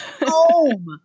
Home